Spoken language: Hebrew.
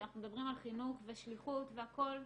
כשאנחנו מדברים על חינוך זה שליחות והכל,